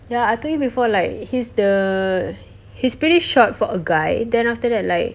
ya I told you before like he's the he's pretty short for a guy then after that like